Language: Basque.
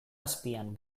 azpian